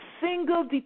single